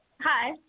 hi